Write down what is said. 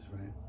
right